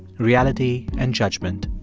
reality and judgment,